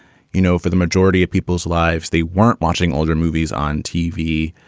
you know, for the majority of people's lives, they weren't watching older movies on tv.